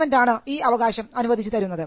government ആണ് ഈ അവകാശം അനുവദിച്ചു തരുന്നത്